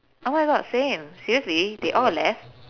oh my god same seriously they all left